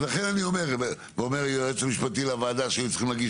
אומר היועץ המשפטי לוועדה שהיו צריכים להגיש